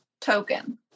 token